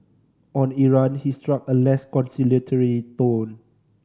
on Iran he struck a less conciliatory tone